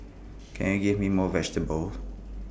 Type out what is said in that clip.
can you give me more vegetables